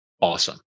awesome